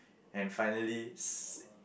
and finally